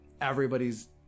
everybody's